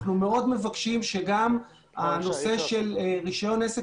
אנחנו מאוד מבקשים שגם הנושא של רישיון עסק